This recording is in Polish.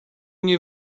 niej